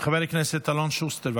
חבר הכנסת אלון שוסטר,